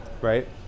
Right